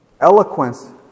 Eloquence